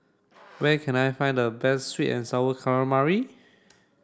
where can I find the best sweet and sour calamari